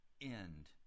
end